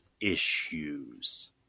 issues